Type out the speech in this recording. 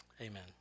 Amen